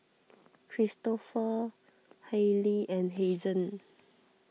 Kristofer Hailie and Hazen